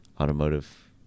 Automotive